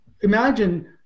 imagine